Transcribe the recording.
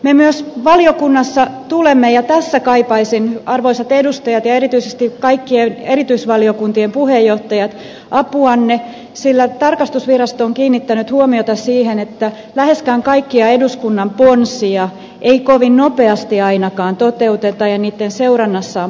me myös valiokunnassa tulemme näihin perehtymään ja tässä kaipaisin arvoisat edustajat ja erityisesti kaikkien erityisvaliokuntien puheenjohtajat apuanne sillä tarkastusvirasto on kiinnittänyt huomiota siihen että läheskään kaikkia eduskunnan ponsia ei kovin nopeasti ainakaan toteuteta ja niitten seurannassa on puutteita